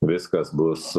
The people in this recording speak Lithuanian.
viskas bus